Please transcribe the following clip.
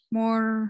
more